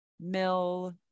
mill